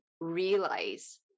realize